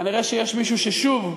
כנראה יש מישהו ששוב,